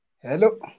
Hello